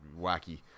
wacky